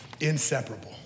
inseparable